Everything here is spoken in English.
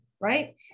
right